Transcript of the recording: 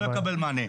הוא לא יקבל מענה.